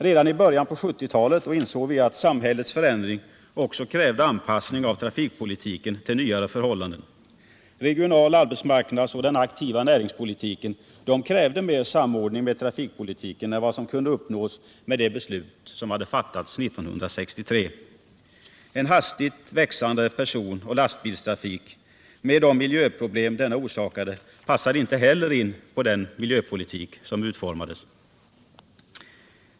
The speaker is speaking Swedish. Redan i början på 1970-talet insåg vi att samhällets förändring också krävde anpassning av trafikpolitiken till nyare förhållanden. Regionaloch arbetsmarknadspolitik liksom den aktiva näringspolitiken krävde mer samordning med trafikpolitiken än vad som kunde uppnås med det beslut som hade fattats 1963. En hastigt växande personoch lastbilstrafik med de miljöproblem denna orsakade passade ej heller in på den miljöpolitik som utformades.